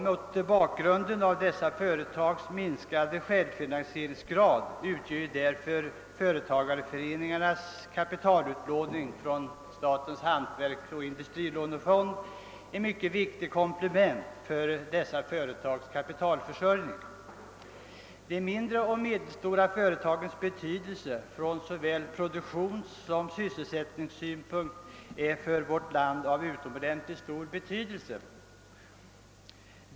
Mot bakgrunden av dessa företags minskade självfinansieringsgrad utgör företagareföreningarnas kapitalutlåning från statens hantverksoch industrilånefond ett mycket viktigt komplement för deras kapitalförsörjning. De mindre och medelstora företagen är från såväl produktionssom sysselsättningssynpunkt av utomordentligt stor betydelse för vårt land.